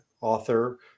author